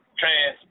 trans